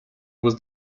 was